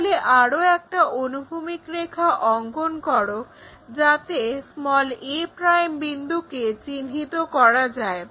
তাহলে আরো একটা অনুভূমিক রেখা অঙ্কন করো যাতে a বিন্দুকে চিহ্নিত করা যায়